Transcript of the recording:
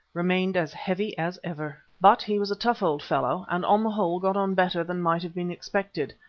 remained as heavy as ever. but he was a tough old fellow, and on the whole got on better than might have been expected,